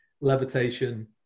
levitation